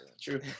true